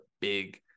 big